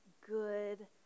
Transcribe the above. good